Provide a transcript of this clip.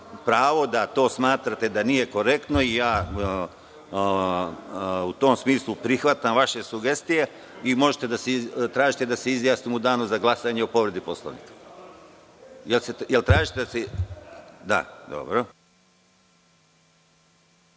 pravo da to smatrate da nije korektno i u tom smislu prihvatam vaše sugestije. Možete da tražite da se izjasnimo u Danu za glasanje o povredi Poslovnika. Da li tražite? Da, u